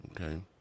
Okay